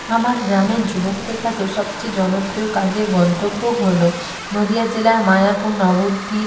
আমার গ্রামের যুবকদের কাছে সবচেয়ে জনপ্রিয় কাজের গন্তব্য হলো নদীয়া জেলার মায়াপুর নবদ্বীপ